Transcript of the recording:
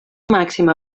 màxima